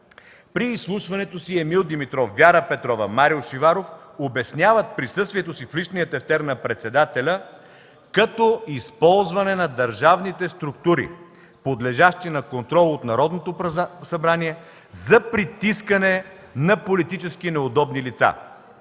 При изслушването си Емил Димитров, Вяра Петрова, Марио Шиваров обясняват присъствието си в личния тефтер на председателя като използване на държавни структури, подлежащи на контрол от Народното събрание, за притискане на политически неудобни лица.